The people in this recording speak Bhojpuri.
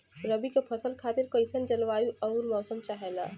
रबी क फसल खातिर कइसन जलवाय अउर मौसम चाहेला?